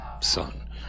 son